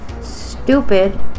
stupid